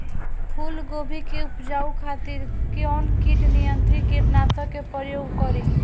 फुलगोबि के उपजावे खातिर कौन कीट नियंत्री कीटनाशक के प्रयोग करी?